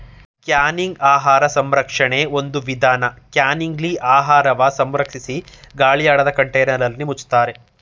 canning ಆಹಾರ ಸಂರಕ್ಷಣೆ ಒಂದು ವಿಧಾನ ಕ್ಯಾನಿಂಗ್ಲಿ ಆಹಾರವ ಸಂಸ್ಕರಿಸಿ ಗಾಳಿಯಾಡದ ಕಂಟೇನರ್ನಲ್ಲಿ ಮುಚ್ತಾರೆ